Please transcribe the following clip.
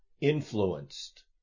influenced